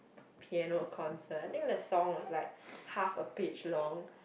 piano concert I think the song was like half a page long